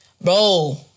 Bro